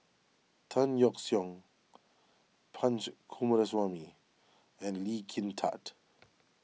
Tan Yeok Seong Punch Coomaraswamy and Lee Kin Tat